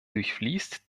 durchfließt